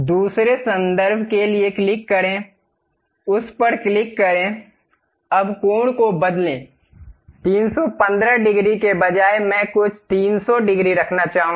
दूसरे संदर्भ के लिए क्लिक करें उस पर क्लिक करें अब कोण को बदलें 315 डिग्री के बजाय मैं कुछ 300 डिग्री रखना चाहूंगा